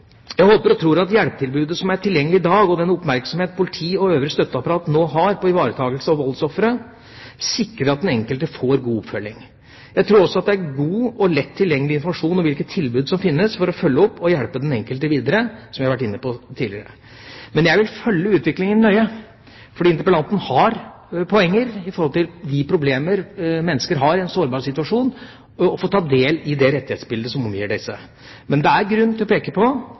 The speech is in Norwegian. Jeg håper og tror at det hjelpetilbudet som er tilgjengelig i dag, og den oppmerksomheten politi og øvrige støtteapparat nå har på ivaretakelse av voldsofre, sikrer at den enkelte får god oppfølging. Jeg tror også at det er god og lett tilgjengelig informasjon om hvilke tilbud som finnes for å følge opp og hjelpe den enkelte videre – som jeg har vært inne på tidligere. Men jeg vil følge utviklingen nøye, for interpellanten har poenger med hensyn til de problemer mennesker har i en sårbar situasjon, for å ta del i det rettighetsbildet som omgir disse. Men det er grunn til å peke på